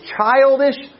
childish